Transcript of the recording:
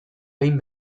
behin